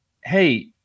hey